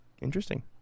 Interesting